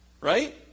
Right